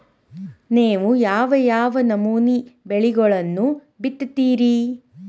ನೇವು ಯಾವ್ ಯಾವ್ ನಮೂನಿ ಬೆಳಿಗೊಳನ್ನ ಬಿತ್ತತಿರಿ?